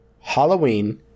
Halloween